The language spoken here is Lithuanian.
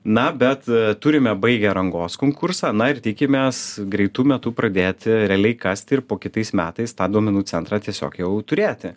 na bet turime baigę rangos konkursą na ir tikimės greitu metu pradėti realiai kasti ir po kitais metais tą duomenų centrą tiesiog jau turėti